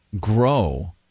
grow